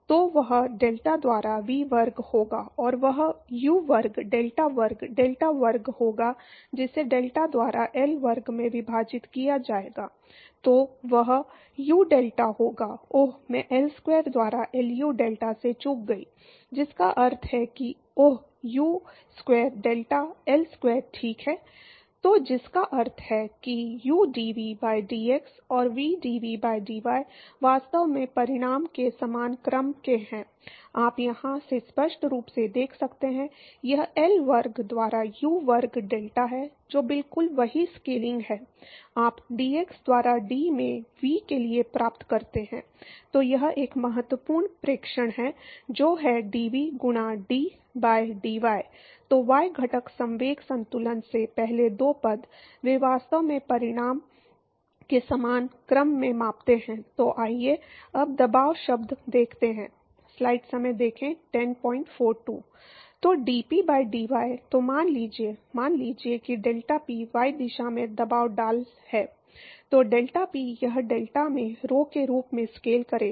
तो डेल्टापी यह डेल्टा में rho के रूप में स्केल करेगा